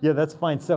yeah that's fine. so